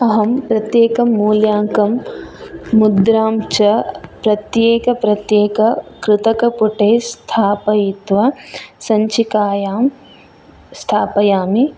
अहं प्रत्येकं मुूल्याङ्कं मुद्रां च प्रत्येक प्रत्येक कृतकपुटे स्थापयित्वा सञ्चिकायां स्थापयामि